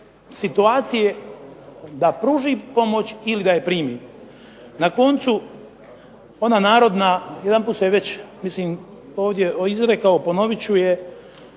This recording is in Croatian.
situacije da pruži pomoć ili da je primi. Na koncu ona narodna, jedanput sam je već mislim ovdje izrekao, ponovit ću je,